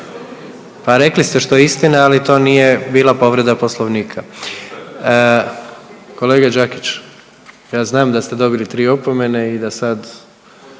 Pa rekli ste što je istina, ali to nije bila povreda poslovnika. …/Upadica Đakić se ne razumije/… Kolega Đakić, ja znam da ste dobili tri opomene i da sad